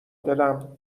دلم